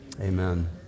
Amen